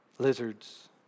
Lizards